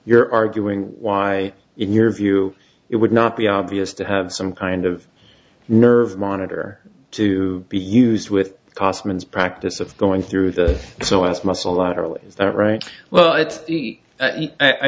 you're arguing why in your view it would not be obvious to have some kind of nerve monitor to be used with cost means practice of going through the so us muscle out early is that right well it's